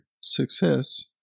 success